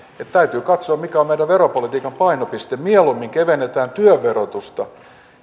täytyy katsoa mikä on meidän veropolitiikan painopiste mieluummin kevennetään työn verotusta